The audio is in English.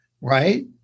right